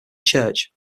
church